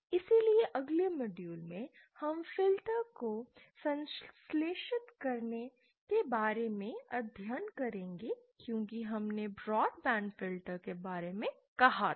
इसलिए अगले मॉड्यूल में हम फिल्टर को संश्लेषित करने के बारे में अध्ययन करेंगे क्योंकि हमने ब्रॉड बैंड फिल्टर के बारे में कहा था